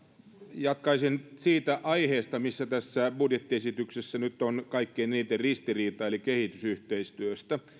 jatkaisin siitä aiheesta missä tässä budjettiesityksessä nyt on kaikkien eniten ristiriitaa eli kehitysyhteistyöstä